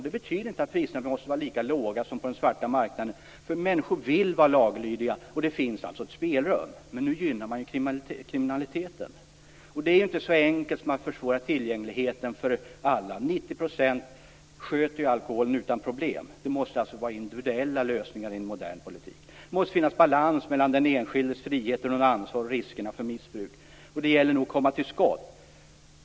Det betyder inte att priserna måste vara lika låga som på den svarta marknaden. Människor vill vara laglydiga, och det finns ett spelrum, men nu gynnar man kriminaliteten. Man kan inte helt enkelt försvåra tillgängligheten för alla. 90 % sköter ju alkoholen utan problem. Det måste vara individuella lösningar i en modern politik. Det måste finnas balans mellan den enskildes frihet och ansvar och riskerna för missbruk. Det gäller nu att komma till skott.